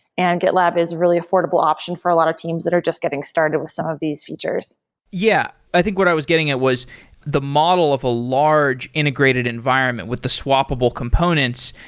and gitlab is really affordable option for a lot of teams that are just getting started with some of these features yeah. i think what i was getting at was the model of a large integrated environment with the swappable components.